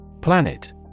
Planet